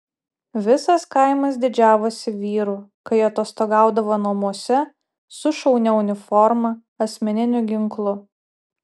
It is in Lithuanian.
visas kaimas didžiavosi vyru kai atostogaudavo namuose su šaunia uniforma asmeniniu ginklu